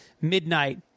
midnight